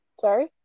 Sorry